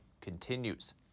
continues